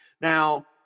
Now